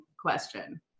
question